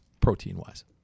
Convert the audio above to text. protein-wise